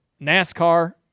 NASCAR